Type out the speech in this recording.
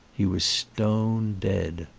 he was stone dead.